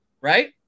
right